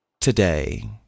today